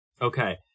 okay